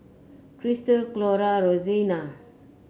Christal Clora Roseanna